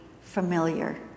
familiar